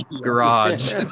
garage